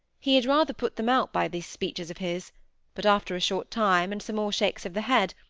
he had rather put them out by these speeches of his but after a short time and some more shakes of the head,